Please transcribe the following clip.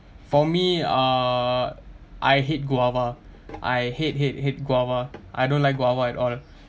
for me uh I hate guava I hate hate hate guava I don't like guava at all